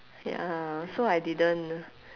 ya so I didn't